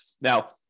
Now